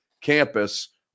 campus